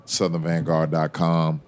southernvanguard.com